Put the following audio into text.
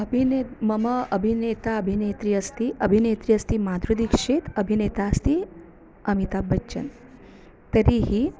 अभिनेता मम अभिनेता अभिनेत्री अस्ति अभिनेत्री अस्ति माध्री दीक्षित् अभिनेता अस्ति अमिता बच्चन् तर्हि